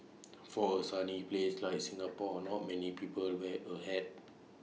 for A sunny place like Singapore not many people wear A hat